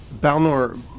Balnor